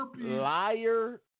liar